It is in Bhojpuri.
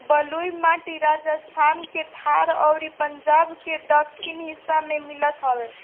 बलुई माटी राजस्थान के थार अउरी पंजाब के दक्खिन हिस्सा में मिलत हवे